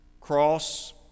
cross